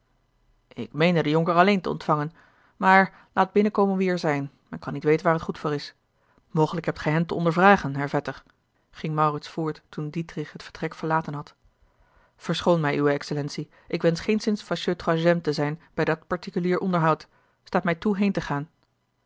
ik meende den jonker alleen te ontvangen maar laat binnenkomen wie er zijn men kan niet weten waar t goed voor is mogelijk hebt gij hen te ondervragen herr vetter ging maurits voort toen dietrich het vertrek verlaten had verschoon mij uwe excellentie ik wensch geenszins fâcheux troisième te zijn bij dat particulier onderhoud sta mij toe heen te gaan